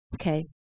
Okay